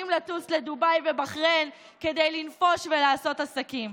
לטוס לדובאי ובחריין כדי לנפוש ולעשות עסקים.